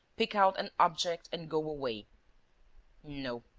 pick out an object and go away no,